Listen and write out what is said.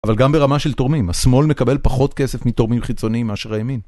אבל גם ברמה של תורמים, השמאל מקבל פחות כסף מתורמים חיצוניים מאשר הימין.